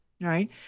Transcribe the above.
right